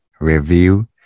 review